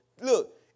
Look